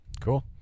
Cool